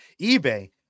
eBay